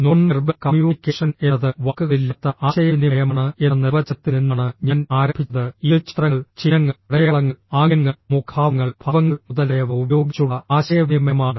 non verbal communication എന്നത് വാക്കുകളില്ലാത്ത ആശയവിനിമയമാണ് എന്ന നിർവചനത്തിൽ നിന്നാണ് ഞാൻ ആരംഭിച്ചത് ഇത് ചിത്രങ്ങൾ ചിഹ്നങ്ങൾ അടയാളങ്ങൾ ആംഗ്യങ്ങൾ മുഖഭാവങ്ങൾ ഭാവങ്ങൾ മുതലായവ ഉപയോഗിച്ചുള്ള ആശയവിനിമയമാണ്